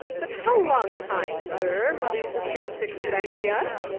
but how long time, sir, must the saints expect yet?